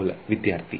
ವಿದ್ಯಾರ್ಥಿ ಮೂಲ